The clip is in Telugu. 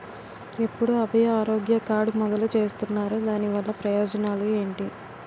ఎప్పుడు అభయ ఆరోగ్య కార్డ్ మొదలు చేస్తున్నారు? దాని వల్ల ప్రయోజనాలు ఎంటి?